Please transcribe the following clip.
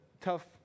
tough